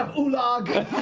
ah ulog!